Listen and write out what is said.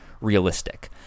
realistic